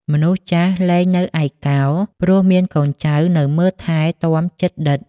មនុស្សចាស់លែងនៅឯកោ ព្រោះមានកូនចៅនៅមើលថែទាំជិតដិត។